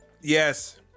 Yes